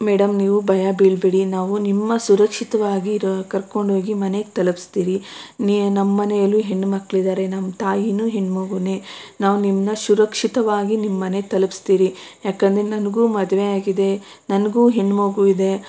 madam ನೀವು ಭಯ ಬೀಳಬೇಡಿ ನಾವು ನಿಮ್ಮ ಸುರಕ್ಷಿತವಾಗಿ ಕರ್ಕೊಂಡೋಗಿ ಮನೆಗೆ ತಲುಪಿಸ್ತೀವಿ ನೀನು ನಮ್ಮ ಮನೇಲೂ ಹೆಣ್ಮಕ್ಳು ಇದ್ದಾರೆ ನಮ್ಮ ತಾಯಿನೂ ಹೆಣ್ಣು ಮಗುನೆ ನಾವು ನಿಮ್ಮನ್ನ ಸುರಕ್ಷಿತವಾಗಿ ನಿಮ್ಮ ಮನೆ ತಲುಪಿಸ್ತೀರಿ ಯಾಕಂದರೆ ನನಗೂ ಮದುವೆಯಾಗಿದೆ ನನಗೂ ಹೆಣ್ಣು ಮಗು ಇದೆ